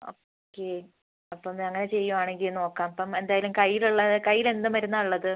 okay അപ്പം അങ്ങനെ ചെയ്യുകയാണെങ്കിൽ നോക്കാം ഇപ്പം എന്തായാലും കയ്യിലുള്ള കയ്യിലെന്ത് മരുന്നാണ് ഉള്ളത്